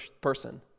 person